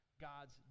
God's